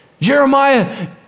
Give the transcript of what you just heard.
Jeremiah